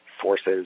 forces